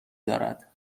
دارد